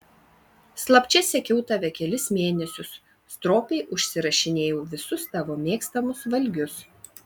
slapčia sekiau tave kelis mėnesius stropiai užsirašinėjau visus tavo mėgstamus valgius